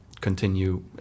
continue